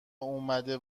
اومده